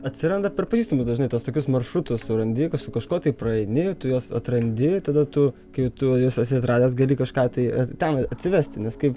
atsiranda per pažįstamus dažnai tuos tokius maršrutus surandi su kažkuo tai praeini tu juos atrandi tada tu kai tu juos esi atradęs gali kažką tai ten atsivesti nes kaip